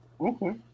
okay